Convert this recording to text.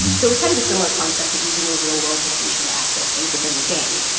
so it was kind of a similar concept of using your real-world location to access things within the game.